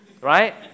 right